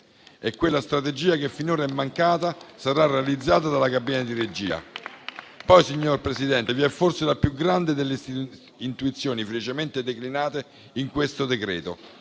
E quella strategia che finora è mancata sarà realizzata dalla cabina di regia. Poi, signor Presidente, vi è forse la più grande delle intuizioni felicemente declinate in questo decreto: